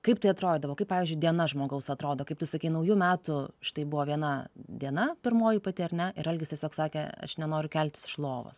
kaip tai atrodydavo kaip pavyzdžiui diena žmogaus atrodo kaip tu sakei naujų metų štai buvo viena diena pirmoji pati ar ne ir algis tiesiog sakė aš nenoriu keltis iš lovos